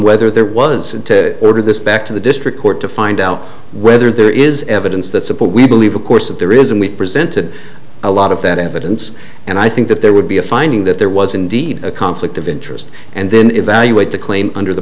whether there was an order this back to the district court to find out whether there is evidence that support we believe of course that there is and we presented a lot of that evidence and i think that there would be a finding that there was indeed a conflict of interest and then evaluate the claim under the